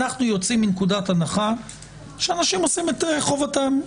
אנחנו יוצאים מנקודת הנחה שאנשים עושים את חובתם,